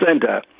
center